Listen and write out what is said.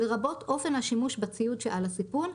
לרבות אופן השימוש בציוד שעל הסיפון,